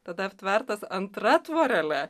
tada aptvertas antra tvorele